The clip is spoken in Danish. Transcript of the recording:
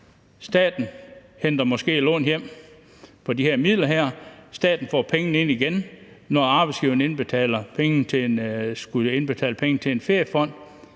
staten henter måske et lån hjem til de her midler. Staten får pengene ind igen, når arbejdsgiveren skulle indbetale penge til en feriefond,